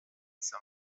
some